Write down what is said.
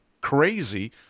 crazy